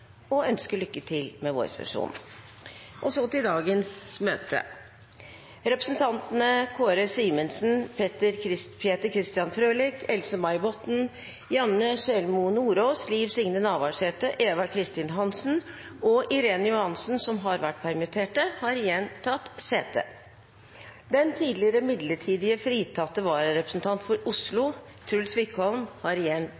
og ønske lykke til med vårsesjonen. Så til dagens møte. Representantene Kåre Simensen, Peter Christian Frølich, Else-May Botten, Janne Sjelmo Nordås, Liv Signe Navarsete, Eva Kristin Hansen og Irene Johansen, som har vært permitterte, har igjen tatt sete. Den tidligere midlertidig fritatte vararepresentanten for Oslo, Truls Wickholm, har igjen